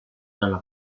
dalla